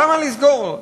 למה לסגור?